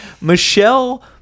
Michelle